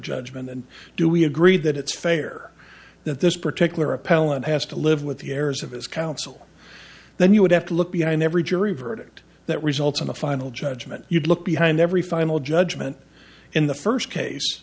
judgment and do we agree that it's fair that this particular appellant has to live with the errors of his counsel then you would have to look behind every jury verdict that results in a final judgment you'd look behind every final judgment in the first case